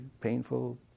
painful